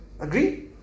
Agree